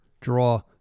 draw